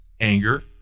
anger